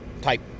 type